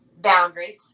boundaries